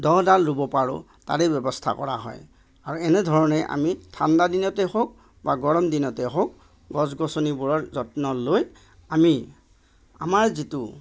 দহডাল ৰুব পাৰোঁ তাৰে ব্য়ৱস্থা কৰা হয় আৰু এনেধৰণে আমি ঠাণ্ডাদিনতেই হওক বা গৰম দিনতেই হওক গছ গছনিবোৰৰ যত্ন লৈ আমি আমাৰ যিটো